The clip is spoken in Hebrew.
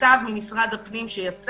מכתב שיצא ממשרד הפנים.